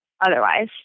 Otherwise